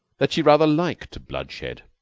that she rather liked bloodshed,